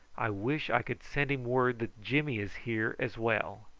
i wish i could send him word that jimmy is here as well.